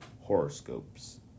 horoscopes